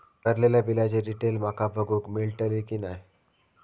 भरलेल्या बिलाची डिटेल माका बघूक मेलटली की नाय?